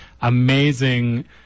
amazing